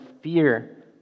fear